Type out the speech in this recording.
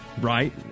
Right